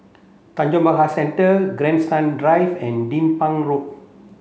Tanjong Pagar Centre Grandstand Drive and Din Pang Road